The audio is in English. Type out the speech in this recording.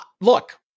Look